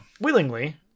willingly